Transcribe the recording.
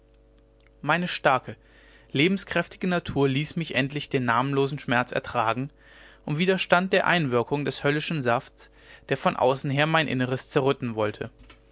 meine starke lebenskräftige natur ließ mich endlich den namenlosen schmerz ertragen und widerstand der einwirkung des höllischen safts der von außen her mein inneres zerrütten wollte